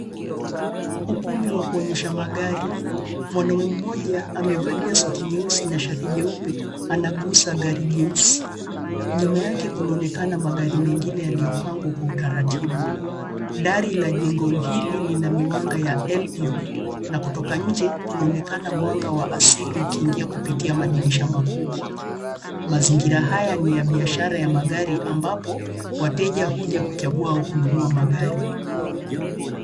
Ukumbi wa kuonyesha magari, mwanaume mmoja amevalia suti nyeusi na shati jeupe anagusa gari jeusi. Nyuma yake kunaonekana magari mengine yaliopangwa kwa utaratibu, dari la jengo hili lina miwanga ya na kutoa inje kunaonekana mwanga wa asili ukiiingia kupitia kwa madirisha makubwa. Mazingira haya ni ya biashara ya magari ambapo wateja huja kuchagua au kununua magari.